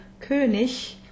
König